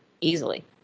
Easily